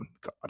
God